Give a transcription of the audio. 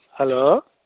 hello